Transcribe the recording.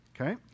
Okay